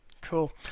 cool